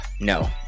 No